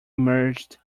emerged